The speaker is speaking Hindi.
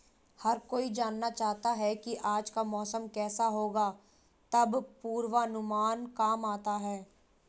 हर कोई जानना चाहता है की आज का मौसम केसा होगा तब पूर्वानुमान काम आता है